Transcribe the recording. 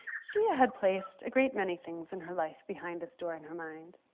she ah had placed a great many things in her life behind this door in her mind.